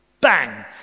Bang